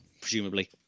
Presumably